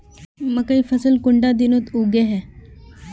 मकई फसल कुंडा दिनोत उगैहे?